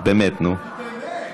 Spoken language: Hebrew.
נפלת בפח.